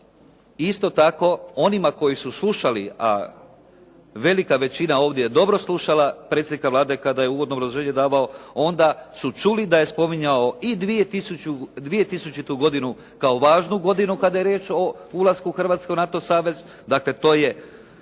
isto tako onima koji su slušali, a velika većina ovdje je dobro slušala predsjednika Vlade kada je u uvodnom obrazloženju davao onda su čuli da je spominjao i 2000. godinu kao važnu godinu kada je riječ o ulasku Hrvatske u NATO savez. Dakle, to je